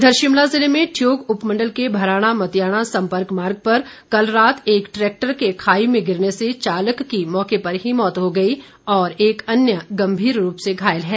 इधर शिमला ज़िले में ठियोग उपमंडल के भराणा मतियाना सम्पर्क मार्ग पर कल रात एक ट्रैक्टर के खाई में गिरने से चालक की मौके पर ही मौत हो गई और एक अन्य गंभीर रूप से घायल है